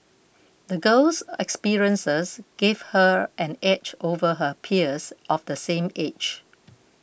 the girl's experiences gave her an edge over her peers of the same age